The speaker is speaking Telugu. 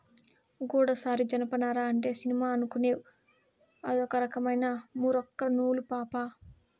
గూడసారి జనపనార అంటే సినిమా అనుకునేవ్ అదొక రకమైన మూరొక్క నూలు పాపా